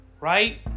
Right